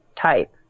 type